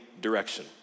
direction